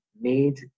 made